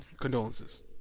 Condolences